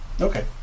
Okay